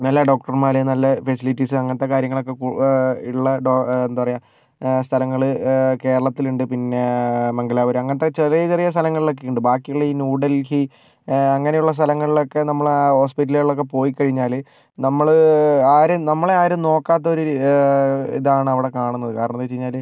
നല്ല ഡോക്ടർമാര് നല്ല ഫെസിലിറ്റീസ് അങ്ങനത്തെ കാര്യങ്ങൾ ഒക്കെ ഉള്ള ഡോ എന്താ പറയുക സ്ഥലങ്ങള് കേരളത്തിലുണ്ട് പിന്നേ മംഗലാപുരം അങ്ങനത്തെ ചെറിയ ചെറിയ സ്ഥലങ്ങളൊലൊക്കെ ഉണ്ട് ബാക്കി ഉള്ള ഈ ന്യൂ ഡൽഹി അങ്ങനെയുള്ള സ്ഥലങ്ങളിലൊക്കെ നമ്മളുടെ ഹോസ്പിറ്റലുകളിലൊക്കെ പോയികഴിഞ്ഞാല് നമ്മള് ആര് നമ്മളെ ആരും നോക്കാത്ത ഒരീ ഇതാണ് അവിടെ കാണുന്നത് കാരണമെന്ന് വെച്ചുകഴിഞ്ഞാല്